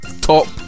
top